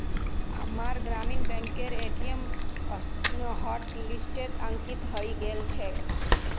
अम्मार ग्रामीण बैंकेर ए.टी.एम हॉटलिस्टत अंकित हइ गेल छेक